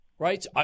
Right